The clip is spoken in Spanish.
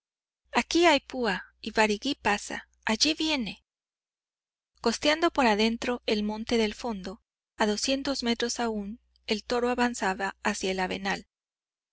aquí hay púa y barigüí pasa allí viene costeando por adentro el monte del fondo a doscientos metros aún el toro avanzaba hacia el avenal